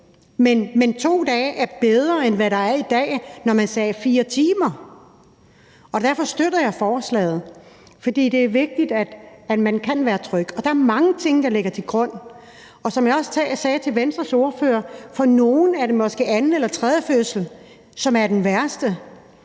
men to dage er bedre, end hvad der er i dag, hvor man siger fire timer. Derfor støtter jeg forslaget, for det er vigtigt, at man kan være tryg. Og der er mange ting, der ligger til grund for at være det. Som jeg også sagde til Venstres ordfører, er det for nogle måske anden eller tredje fødsel, som er den værste.